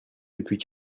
depuis